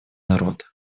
народ